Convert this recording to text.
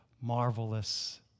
marvelous